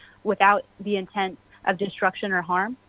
without the intent of destruction or harm.